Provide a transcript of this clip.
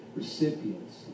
recipients